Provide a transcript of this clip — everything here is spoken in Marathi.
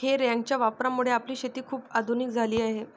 हे रॅकच्या वापरामुळे आपली शेती खूप आधुनिक झाली आहे